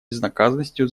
безнаказанностью